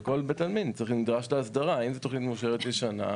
וכל בית עלמין אם זה תוכנית מאושרת ישנה,